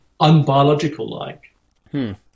unbiological-like